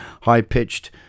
high-pitched